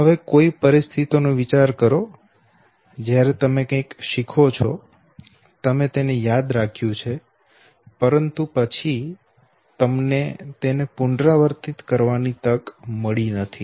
હવે કોઈ પરિસ્થિતિ નો વિચાર કરો જ્યારે તમે કંઇક શીખો છો તમે તેને યાદ રાખ્યું છે પરંતુ પછી તમને તેને પુનરાવર્તિત કરવાની તક મળી નથી